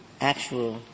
actual